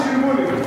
אל תגידי ששילמו לי.